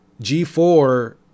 G4